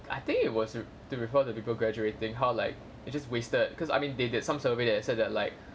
I think it was to to refer the people graduating how like it just wasted because I mean they did some survey and it said that like